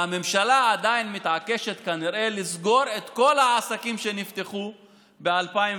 והממשלה עדיין מתעקשת כנראה לסגור את כל העסקים שנפתחו ב-2020.